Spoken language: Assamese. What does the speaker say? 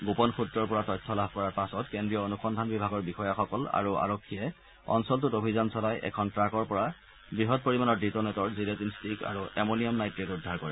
গোপন সূত্ৰৰ পৰা তথ্য লাভ কৰাৰ পিছত কেন্দ্ৰীয় অনুসন্ধান বিভাগৰ বিষয়াসকল আৰু আৰক্ষীয়ে অঞ্চলটোত অভিযান চলাই এখন ট্টাকৰ পৰা বৃহৎ পৰিমাণৰ ডিটনেটৰ জিলেটিন ট্টিক আৰু এম'নিয়াম নাইট্টেট উদ্ধাৰ কৰে